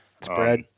spread